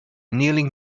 kneeling